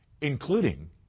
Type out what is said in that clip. including